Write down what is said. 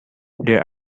there